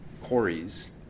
quarries